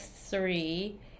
three